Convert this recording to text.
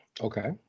okay